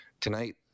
tonight